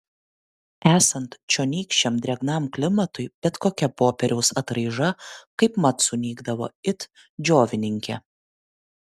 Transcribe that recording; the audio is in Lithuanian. esant čionykščiam drėgnam klimatui bet kokia popieriaus atraiža kaipmat sunykdavo it džiovininkė